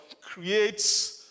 creates